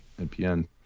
NPN